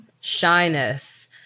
shyness